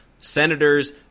senators